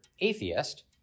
atheist